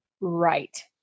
Right